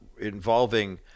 involving